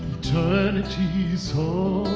eternity's holy